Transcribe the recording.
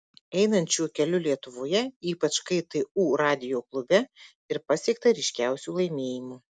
einant šiuo keliu lietuvoje ypač ktu radijo klube ir pasiekta ryškiausių laimėjimų